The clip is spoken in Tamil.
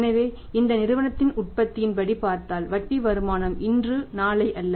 எனவே இந்த நிறுவனத்தின் உற்பத்தியின் படி பார்த்தால் வட்டி வருமானம் இன்று நாளை அல்ல